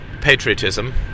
patriotism